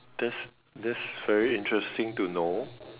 that's that's very interesting to know